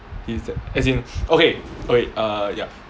he's that as in okay okay err ya